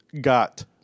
got